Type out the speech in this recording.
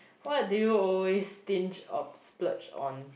what do you always stinge or splurge on